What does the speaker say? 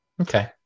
Okay